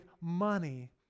money